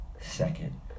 second